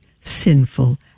sinful